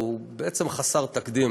הוא חסר תקדים.